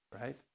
Right